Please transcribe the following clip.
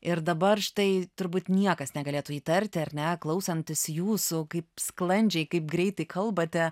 ir dabar štai turbūt niekas negalėtų įtarti ar ne klausantis jūsų kaip sklandžiai kaip greitai kalbate